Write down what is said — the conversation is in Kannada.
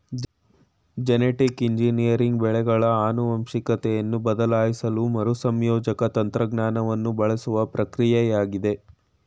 ಜೆನೆಟಿಕ್ ಇಂಜಿನಿಯರಿಂಗ್ ಬೆಳೆಗಳ ಆನುವಂಶಿಕತೆಯನ್ನು ಬದಲಾಯಿಸಲು ಮರುಸಂಯೋಜಕ ತಂತ್ರಜ್ಞಾನವನ್ನು ಬಳಸುವ ಪ್ರಕ್ರಿಯೆಯಾಗಿದೆ